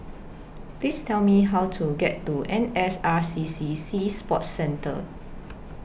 Please Tell Me How to get to N S R C C Sea Sports Centre